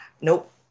Nope